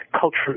culture